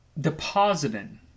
depositing